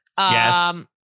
Yes